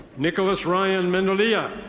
nicholas ryan mendolia.